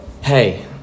hey